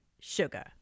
sugar